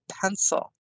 pencil